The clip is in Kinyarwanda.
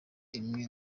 imwe